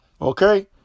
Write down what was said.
okay